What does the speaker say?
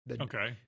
Okay